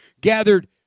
gathered